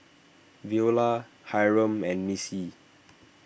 Veola Hyrum and Missie